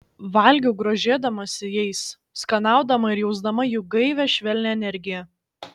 valgiau grožėdamasi jais skanaudama ir jausdama jų gaivią švelnią energiją